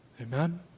Amen